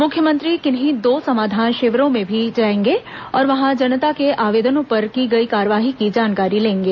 मुख्यमंत्री किन्हीं दो समाधान शिविरों में भी जाएंगे और वहां जनता के आवेदनों पर की गई कार्रवाई की जानकारी लेंगे